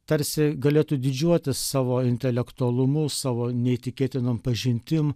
tarsi galėtų didžiuotis savo intelektualumu savo neįtikėtinom pažintim